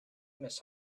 miss